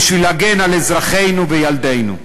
בשביל להגן על אזרחינו וילדינו.